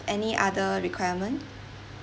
any other requirement